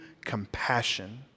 compassion